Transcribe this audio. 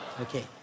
Okay